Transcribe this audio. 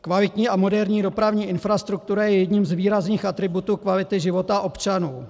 Kvalitní a moderní dopravní infrastruktura je jedním z výrazných atributů kvality života občanů.